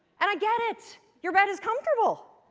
and i get it! your bed is comfortable!